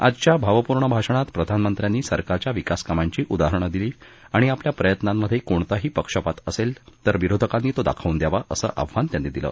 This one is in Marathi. आजच्या भावपूर्ण भाषणात प्रधानमंत्र्यांनी सरकारच्या विकासकामांची उदाहरणं दिली आणि आपल्या प्रयत्नांमधे कोणताही पक्षपात असेल तर विरोधकांनी तो दाखवून द्यावा असं आव्हान त्यांनी दिलं